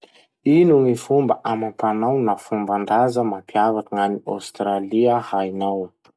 Ino gny fomba amam-panao na fomban-draza mampiavaky gn'any Ostralia hainao?